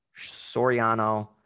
Soriano